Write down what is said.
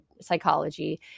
psychology